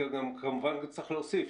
וכמובן צריך להוסיף,